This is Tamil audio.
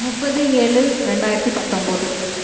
முப்பது ஏழு ரெண்டாயிரத்து பத்தொம்பது